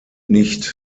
nicht